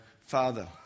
father